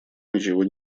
ничего